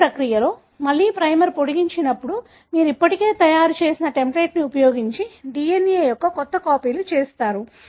ఈ ప్రక్రియతో మళ్ళీ ప్రైమర్ పొడిగించబడినప్పుడు మీరు ఇప్పటికే తయారు చేసిన టెంప్లేట్ని ఉపయోగించి DNA యొక్క కొత్త కాపీలు చేసారు